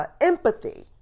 Empathy